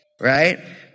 right